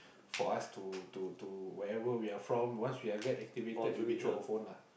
for us to to to wherever we are from once we are get activated it will be thru our phone lah